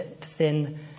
thin